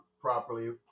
properly